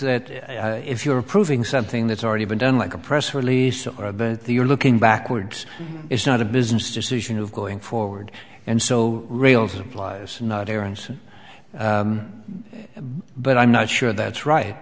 that if you're proving something that's already been done like a press release or that the you're looking backwards it's not a business decision of going forward and so real supplies not aronsen but i'm not sure that's right